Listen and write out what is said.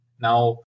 Now